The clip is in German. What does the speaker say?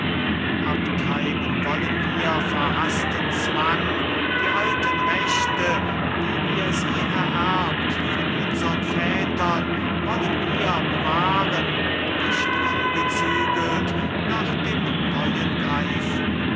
abtreiben wollen wir verhassten zwang die alten rechte wie wir sie ererbt von unsern vätern wollen wir bewahren nicht ungezügelt nach dem neuen greifen